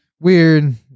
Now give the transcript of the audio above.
weird